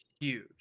Huge